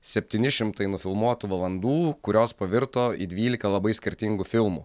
septyni šimtai nufilmuotų valandų kurios pavirto į dvylika labai skirtingų filmų